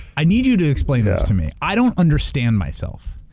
i need you to explain this to me. i don't understand myself.